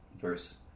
Verse